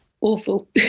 awful